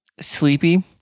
sleepy